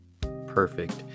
Perfect